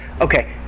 okay